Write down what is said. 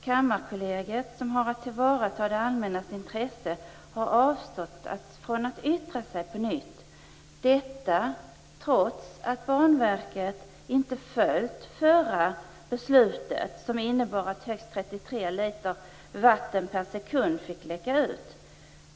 Kammarkollegiet, som har att tillvarata det allmännas intresse, har avstått från att yttra sig på nytt - detta trots att Banverket inte följt förra beslutet, som innebar att högst 33 liter vatten per sekund fick läcka ut.